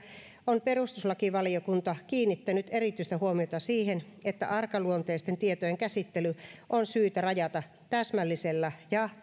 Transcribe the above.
on perustuslakivaliokunta kiinnittänyt erityistä huomiota siihen että arkaluonteisten tietojen käsittely on syytä rajata täsmällisillä ja